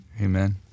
Amen